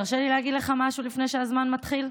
תרשה לי להגיד לך משהו לפני שהזמן מתחיל?